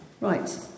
right